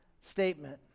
statement